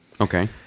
okay